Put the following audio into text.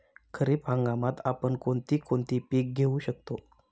खरीप हंगामात आपण कोणती कोणती पीक घेऊ शकतो?